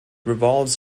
revolves